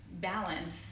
balance